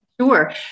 Sure